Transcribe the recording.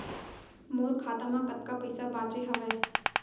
मोर खाता मा कतका पइसा बांचे हवय?